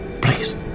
Please